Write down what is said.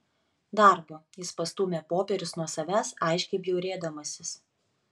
darbo jis pastūmė popierius nuo savęs aiškiai bjaurėdamasis